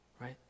right